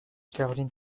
caroline